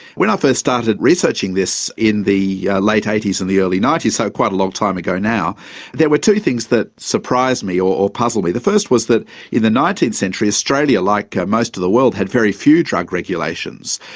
when i first started researching this in the late eighties and the early nineties so quite a long time ago now there were two things that surprised me, or puzzled me. the first was that in the nineteenth century, australia, like most of the world, had very few drug regulations.